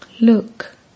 Look